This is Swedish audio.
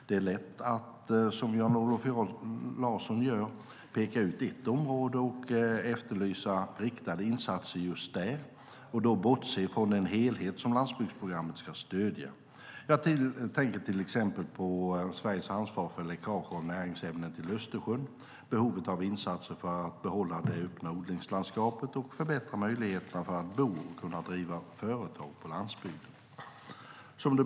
Det är lätt att, som Jan-Olof Larsson gör, peka ut ett område och efterlysa riktade insatser just där och då bortse från den helhet som landsbygdsprogrammet ska stödja. Jag tänker till exempel på Sveriges ansvar för läckage av näringsämnen till Östersjön och behovet av insatser för att behålla det öppna odlingslandskapet och för att förbättra möjligheterna att bo och kunna driva företag på landsbygden.